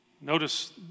Notice